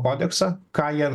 kodeksą ką jie